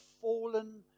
fallen